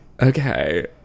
okay